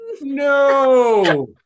no